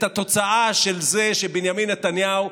את התוצאה של זה שבנימין נתניהו,